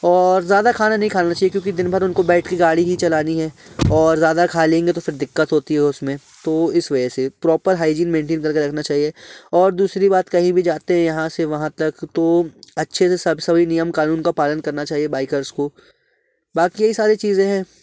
और ज़्यादा खाना नहीं खाना चाहिए क्योंकि दिनभर उनको बैठके गाड़ी ही चलानी है और ज़्यादा खा लेंगे तो फ़िर दिक़्क़त होती है उसमें तो इस वजह से प्रॉपर हाइजीन मेन्टेन करके रखना चाहिए और दूसरी बात कहीं भी जाते हैं यहाँ से वहाँ तक तो अच्छे से सब सभी नियम क़ानून का पालन करना चाहिए बाइकर्ज़ को बाकी यही सारी चीज़ें हैं